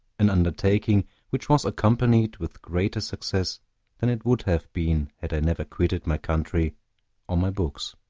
an undertaking which was accompanied with greater success than it would have been had i never quitted my country or my books.